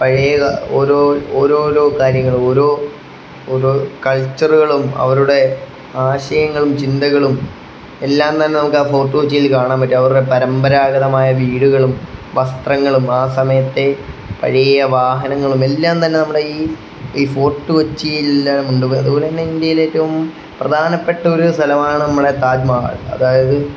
പഴയ ഓരോ ഓരോരോ കാര്യങ്ങളും ഓരോ ഓരോ കൾച്ചറുകളും അവരുടെ ആശയങ്ങളും ചിന്തകളും എല്ലാം തന്നെ നമുക്ക് ആ ഫോർട്ട് കൊച്ചിയിൽ കാണാൻ പറ്റും അവരുടെ പരമ്പരാഗതമായ വീടുകളും വസ്ത്രങ്ങളും ആ സമയത്തെ പഴയ വാഹനങ്ങളും എല്ലാം തന്നെ നമ്മുടെ ഈ ഈ ഫോർട്ട് കൊച്ചിയിൽ എല്ലാം ഉണ്ട് അതുപോലെ തന്നെ ഇന്ത്യയില ഏറ്റവും പ്രധാനപ്പെട്ടൊരു സ്ഥലമാണ് നമ്മുടെ താജ്മഹൽ അതായത്